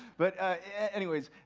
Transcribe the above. but anyway,